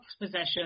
possession